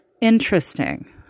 Interesting